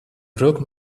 broke